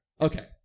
Okay